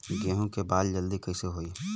गेहूँ के बाल जल्दी कईसे होई?